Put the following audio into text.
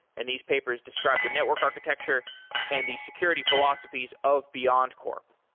and these papers describe the network architecture and the security philosophies of beyondcorp.